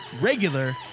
regular